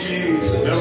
Jesus